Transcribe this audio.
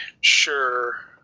sure